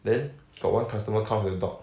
then got one customer comes with a dog